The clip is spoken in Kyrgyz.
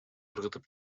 ыргытып